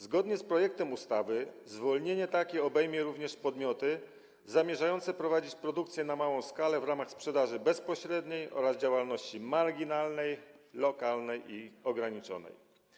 Zgodnie z projektem ustawy zwolnienie takie obejmie również podmioty zamierzające prowadzić produkcję na małą skalę w ramach sprzedaży bezpośredniej oraz działalności marginalnej, lokalnej i ograniczonej.